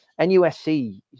NUSC